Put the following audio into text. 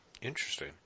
Interesting